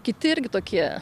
kiti irgi tokie